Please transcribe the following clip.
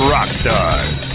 Rockstars